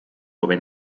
dove